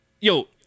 Yo